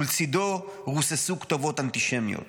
ולצידו רוססו כתובות אנטישמיות.